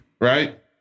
Right